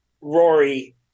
Rory